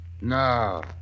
No